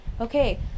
Okay